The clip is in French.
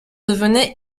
devenait